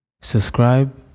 subscribe